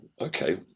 okay